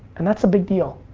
and that's a big deal.